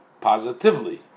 positively